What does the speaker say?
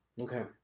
okay